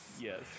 Yes